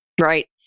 Right